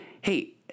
hey